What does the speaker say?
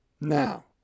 Now